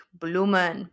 bloemen